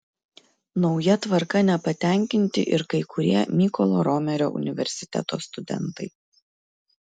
nauja tvarka nepatenkinti ir kai kurie mykolo romerio universiteto studentai